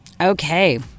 Okay